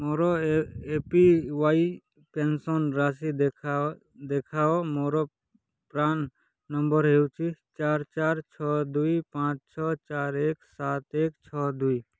ମୋର A P Y pension ରାଶି ଦେଖାଅ ଦେଖାଅ ମୋର ପ୍ରାନ୍ ନମ୍ବର୍ ହେଉଛି ଚାରି ଚାରି ଛଅ ଦୁଇ ପାଞ୍ଚ ଛଅ ଚାରି ଏକ ସାତ ଏକ ଛଅ ଦୁଇ